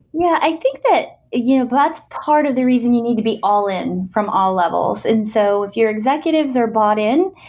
yeah, i think that yeah that's part of the reason you need to be all in from all levels. so if your executives are bought in,